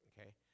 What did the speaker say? okay